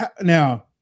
Now